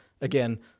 again